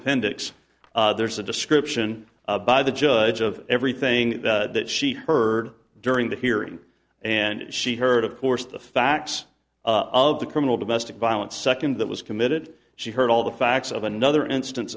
appendix there's a description by the judge of everything that she heard during the hearing and she heard of course the facts of the criminal domestic violence second that was committed she heard all the facts of another instance